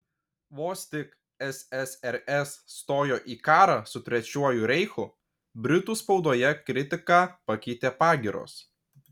vos tik ssrs stojo į karą su trečiuoju reichu britų spaudoje kritiką pakeitė pagyros